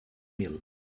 mil